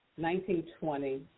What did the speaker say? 1920